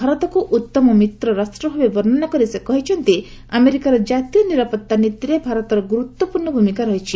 ଭାରତକୁ ଉତ୍ତମ ମିତ୍ର ରାଷ୍ଟ୍ରଭାବେ ବର୍ଷ୍ଣନା କରି ସେ କହିଛନ୍ତି ଆମେରିକାର ଜାତୀୟ ନିରାପତ୍ତା ନୀତିରେ ଭାରତର ଗୁରୁତ୍ୱପୂର୍ଣ୍ଣ ଭୂମିକା ରହିଛି